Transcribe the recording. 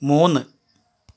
മൂന്ന്